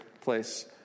place